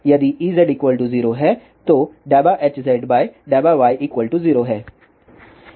यदि Ez 0 है तो ∂Hz∂y0 है